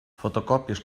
fotocòpies